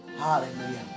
Hallelujah